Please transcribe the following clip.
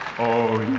oh,